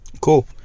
Cool